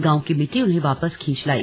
गांव की मिट्टी उन्हें वापस खींच लाई